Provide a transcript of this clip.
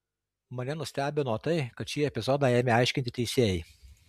mane nustebino tai kad šį epizodą ėmė aiškinti teisėjai